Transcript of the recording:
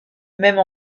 même